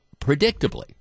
predictably